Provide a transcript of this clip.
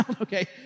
okay